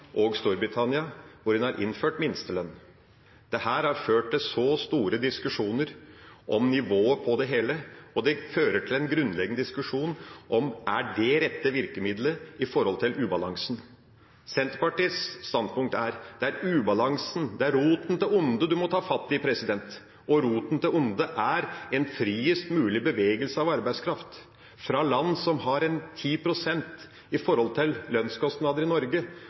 og Storbritannia, hvor en har innført minstelønn. Dette har ført til store diskusjoner om nivået på det hele, og det fører til en grunnleggende diskusjon om det er det rette virkemidlet i forhold til ubalansen. Senterpartiet standpunkt er: Når det gjelder ubalansen, er det roten til ondet en må ta fatt i. Og roten til ondet er en friest mulig bevegelse av arbeidskraft fra land som har 10 pst. av lønnskostnadene i Norge.